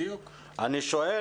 אני שואל,